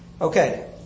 Okay